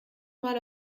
mal